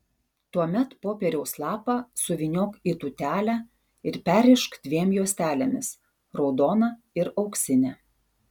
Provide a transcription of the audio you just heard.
tuomet popieriaus lapą suvyniok į tūtelę ir perrišk dviem juostelėmis raudona ir auksine